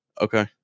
Okay